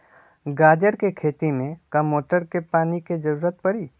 गाजर के खेती में का मोटर के पानी के ज़रूरत परी?